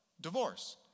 divorce